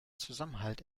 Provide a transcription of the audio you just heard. zusammenhalt